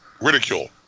ridicule